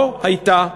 לא הייתה,